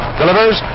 delivers